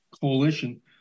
coalition